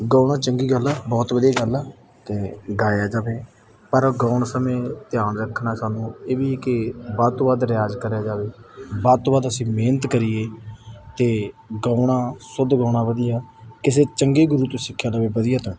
ਗਾਉਣਾ ਚੰਗੀ ਗੱਲ ਹੈ ਬਹੁਤ ਵਧੀਆ ਗੱਲ ਆ ਅਤੇ ਗਾਇਆ ਜਾਵੇ ਪਰ ਗਾਉਣ ਸਮੇਂ ਧਿਆਨ ਰੱਖਣਾ ਸਾਨੂੰ ਇਹ ਵੀ ਕਿ ਵੱਧ ਤੋਂ ਵੱਧ ਰਿਆਜ਼ ਕਰਿਆ ਜਾਵੇ ਵੱਧ ਤੋਂ ਵੱਧ ਅਸੀਂ ਮਿਹਨਤ ਕਰੀਏ ਅਤੇ ਗਾਉਣਾ ਸ਼ੁੱਧ ਗਾਉਣਾ ਵਧੀਆ ਕਿਸੇ ਚੰਗੇ ਗੁਰੂ ਤੋਂ ਸਿੱਖਿਆ ਲਵੇ ਵਧੀਆ ਤਾਂ